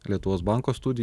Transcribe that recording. lietuvos banko studija